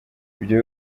ibyo